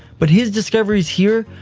but his discoveries here,